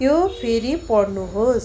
त्यो फेरि पढ्नुहोस्